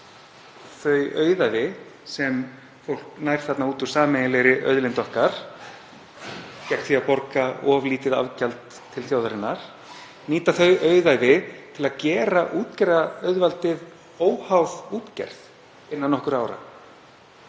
þau auðæfi sem fólk nær þarna út úr sameiginlegri auðlind okkar, gegn því að borga of lítið afgjald til þjóðarinnar, til að gera útgerðarauðvaldið óháð útgerð innan nokkurra ára.